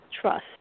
trust